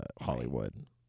Hollywood